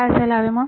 ते काय असायला हवे